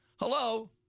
hello